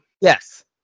Yes